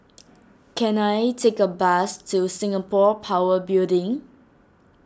can I take a bus to Singapore Power Building